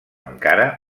encara